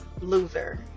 loser